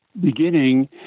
Beginning